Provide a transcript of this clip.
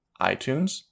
iTunes